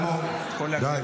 אלמוג, די.